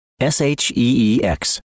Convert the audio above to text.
S-H-E-E-X